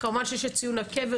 כמובן שיש את ציון הקבר,